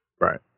right